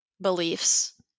beliefs